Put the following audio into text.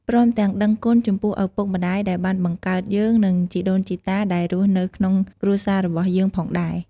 ព្រមទាំងដឹងគុណចំពោះឪពុកម្តាយដែលបានបង្កើតយើងនិងជីដូនជីតាដែលរស់នៅក្នុងគ្រួសាររបស់យើងផងដែរ។